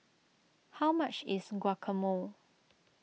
how much is Guacamole